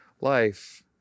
life